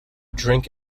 drink